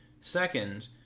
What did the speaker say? Second